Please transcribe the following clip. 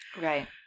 Right